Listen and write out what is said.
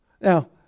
Now